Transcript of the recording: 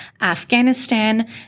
Afghanistan